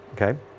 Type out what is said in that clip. okay